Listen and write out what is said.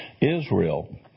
Israel